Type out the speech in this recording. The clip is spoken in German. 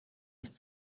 nicht